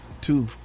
Two